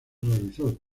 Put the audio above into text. realizó